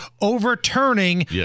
overturning